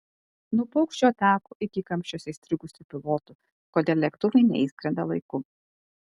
nuo paukščių atakų iki kamščiuose įstrigusių pilotų kodėl lėktuvai neišskrenda laiku